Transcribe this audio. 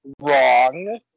wrong